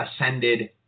ascended